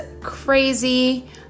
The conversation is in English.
crazy